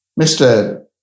Mr